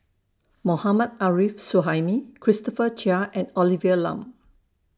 Mohammad Arif Suhaimi Christopher Chia and Olivia Lum